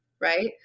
right